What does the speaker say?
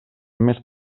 més